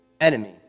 enemy